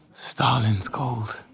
stalin's called.